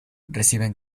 reciben